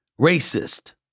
racist